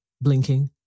blinking